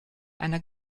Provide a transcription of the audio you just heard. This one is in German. einer